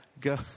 Go